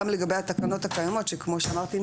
גם לגבי התקנות הקיימות שכמו שאמרתי,